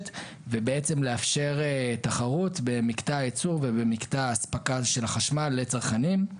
ולאפשר תחרות במקטע הייצור ובמקטע האספקה לחשמל לצרכים.